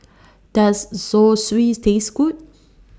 Does Zosui Taste Good